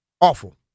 awful